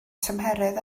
tymheredd